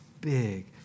big